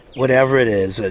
whatever it is, ah